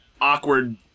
awkward